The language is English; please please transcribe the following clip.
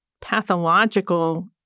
pathological